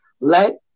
let